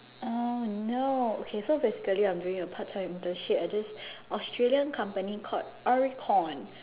oh no okay so basically I am doing a part time internship at this australian company called Oricon